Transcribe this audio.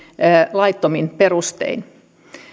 laittomin perustein